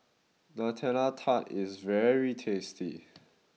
Nutella Tart is very tasty